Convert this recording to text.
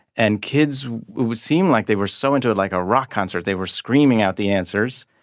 and kids would seem like they were so into it, like a rock concert. they were screaming out the answers.